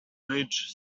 bridge